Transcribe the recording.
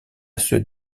ceux